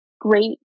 great